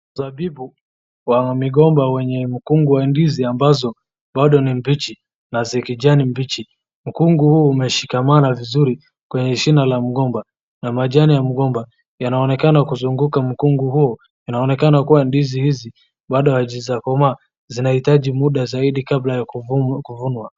Tabibu wa migomba wenye mkongwe wa ndizi ambazo bado ni mbichi na hazi kijani mbichi. Mkongwe huu umeshikamana vizuri kwenye shina la mgomba na majani ya mgomba yanaonekana kuzunguka mkongwe huo. Inaonekana kuwa ndizi hizi bado hazijakomaa na zinahitaji muda zaidi kabla ya kuvunwa.